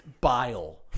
bile